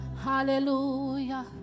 hallelujah